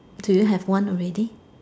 do you have one already